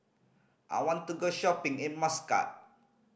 I want to go shopping in Muscat